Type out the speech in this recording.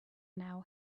now